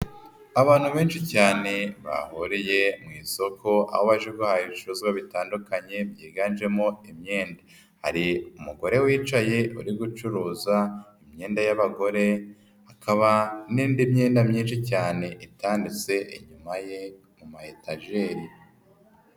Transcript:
Abantu benshi cyane bahuye mu isoko, aho abaju ba ibicuruzwa bitandukanye, byiganjemo imyenda, hari umugore wicaye uri gucuruza, imyenda y'abagore, hakaba n'indi myenda myinshi cyane itanditse inyuma ye, mu maetajeri.